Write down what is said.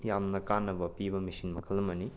ꯌꯥꯝꯅ ꯀꯥꯟꯅꯕ ꯄꯤꯕ ꯃꯦꯁꯤꯟ ꯃꯈꯜ ꯑꯃꯅꯤ